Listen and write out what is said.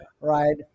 right